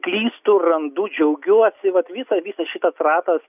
klystu randu džiaugiuosi vat visą visas šitas ratas